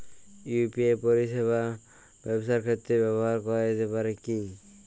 UPI পরিষেবা ব্যবসার ক্ষেত্রে ব্যবহার করা যেতে পারে কি?